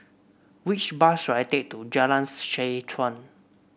which bus should I take to Jalan Seh Chuan